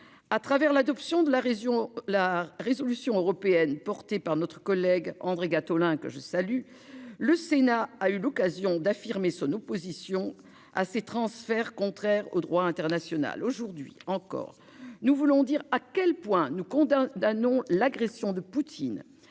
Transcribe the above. la proposition de résolution européenne portée par notre collègue André Gattolin, que je salue, le Sénat a eu l'occasion d'affirmer son opposition à ces transferts contraires au droit international. Aujourd'hui encore, nous voulons dire à quel point nous condamnons l'agression de Poutine